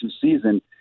season